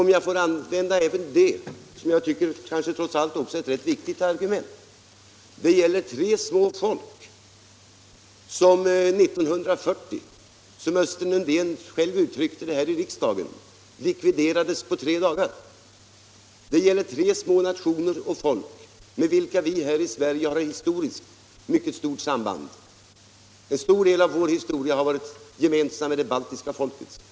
Om jag får använda ett argument som jag tycker är ett viktigt sådant, vill jag påpeka att det här gäller tre små folk, som år 1940 — såsom Östen Undén själv uttryckte det i riksdagen — likviderades på några dagar. Det gäller tre små nationer med vilka Sverige har eu mycket nära historiskt samband — en stor del av vår historia har varit gemensam med de baltiska folkens historia.